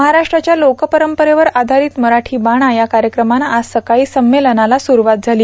महाराष्ट्राच्या लोकपरंपरेवर आधारित मराठी बाणा या कार्यक्रमानं आज सकाळी संमेलनाला सुरूवात झाली